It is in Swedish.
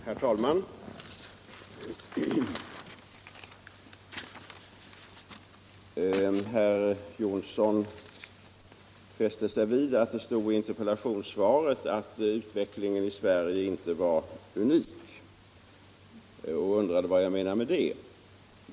Herr talman! Herr Jonsson i Alingsås fäste sig vid att jag i interpellationssvaret sade att utvecklingen i Sverige inte var unik och undrade vad jag menade med det.